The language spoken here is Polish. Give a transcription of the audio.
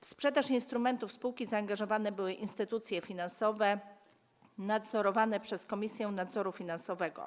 W sprzedaż instrumentów spółki zaangażowane były instytucje finansowe nadzorowane przez Komisję Nadzoru Finansowego.